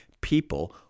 people